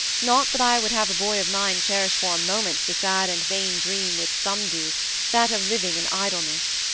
not that i would have a boy of mine cherish for a moment the sad and vain dream which some do that of living in idleness.